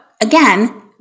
again